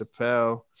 Chappelle